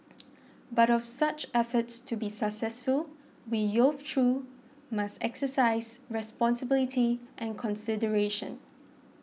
but for such efforts to be successful we youths too must exercise responsibility and consideration